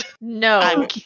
No